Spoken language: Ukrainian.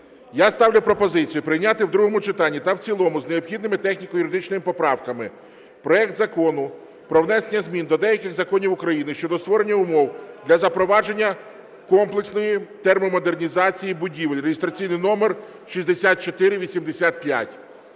я ставлю пропозицію прийняти в другому читанні та в цілому з необхідними техніко-юридичними поправками проект Закону про внесення змін до деяких законів України щодо створення умов для запровадження комплексної термомодернізації будівель (реєстраційний номер 6485).